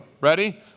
Ready